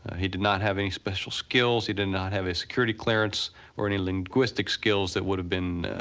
he did not have any special skills. he did not have a security clearance or any linguistic skills that would have been